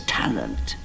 talent